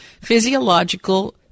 physiological